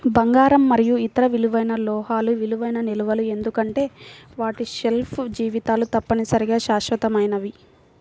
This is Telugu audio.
బంగారం మరియు ఇతర విలువైన లోహాలు విలువైన నిల్వలు ఎందుకంటే వాటి షెల్ఫ్ జీవితాలు తప్పనిసరిగా శాశ్వతమైనవి